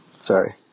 Sorry